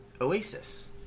oasis